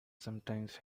sometimes